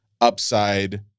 upside